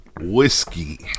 whiskey